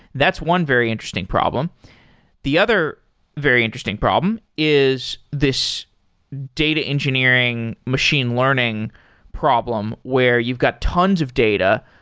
that's one very interesting problem the other very interesting problem is this data engineering machine learning problem, where you've got tons of data,